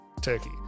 Turkey